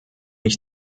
ich